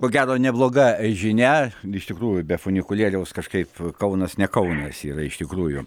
ko gero nebloga žinia iš tikrųjų be funikulieriaus kažkaip kaunas ne kaunas yra iš tikrųjų